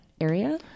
area